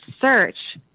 search